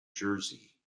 jersey